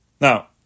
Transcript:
Now